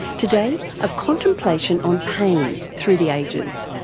today, a contemplation on pain through the ages.